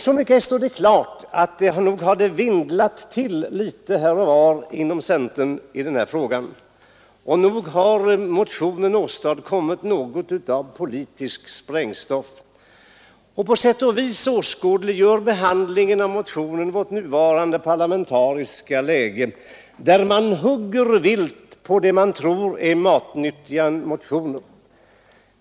Så mycket står klart att nog har det ”vindlat till” litet här och var inom centern i den här frågan, och nog har motionen utgjort något av politiskt sprängstoff. På sätt och vis åskådliggör behandlingen av motionen vårt nuvarande parlamentariska läge, där man hugger vilt på det man tror är matnyttiga motioner.